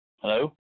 Hello